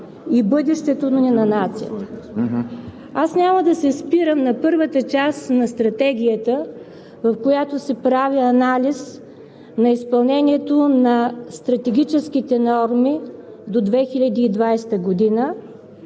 и бъдещето на нацията ни. Аз няма да се спирам на първата част на Стратегията, в която се прави анализ на изпълнението на стратегическите норми до 2020 г.,